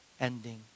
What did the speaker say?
ending